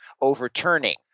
overturning